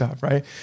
right